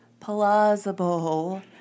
plausible